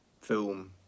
film